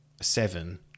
seven